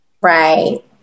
Right